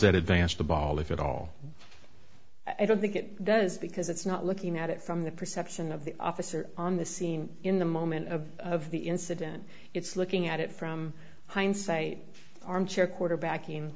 that advance the bali fit all i don't think it does because it's not looking at it from the perception of the officer on the scene in the moment of of the incident it's looking at it from hindsight armchair quarterbacking